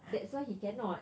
that's why he cannot